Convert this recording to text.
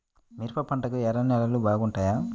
మిరప పంటకు ఎర్ర నేలలు బాగుంటాయా?